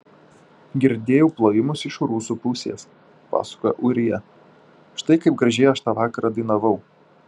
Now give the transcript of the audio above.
girdėjau plojimus iš rusų pusės pasakojo ūrija štai kaip gražiai aš tą vakarą dainavau